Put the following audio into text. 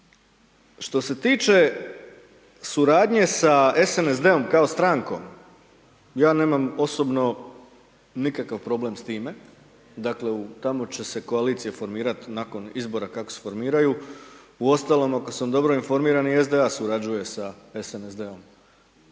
što se tiče suradnje sa SNSD-om kao strankom, ja nemam osobno nikakav problem s time, dakle, tamo će se koalicije formirat nakon izbora kako se formiraju. Uostalom, ako sam dobro informiran, i SDA surađuje sa SNSD-om,